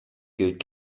gilt